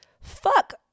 fuck